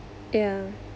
ya